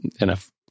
enough